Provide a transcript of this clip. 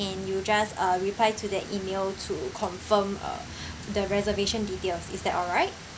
and you just uh reply to the email to confirm uh the reservation details is that alright